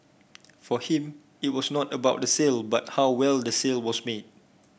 for him it was not about the sale but how well the sale was made